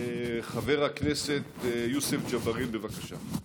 חבר הכנסת יוסף ג'בארין, בבקשה.